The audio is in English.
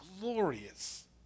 glorious